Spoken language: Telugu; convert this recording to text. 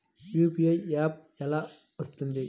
యూ.పీ.ఐ యాప్ ఎలా వస్తుంది?